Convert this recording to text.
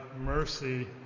mercy